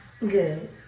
Good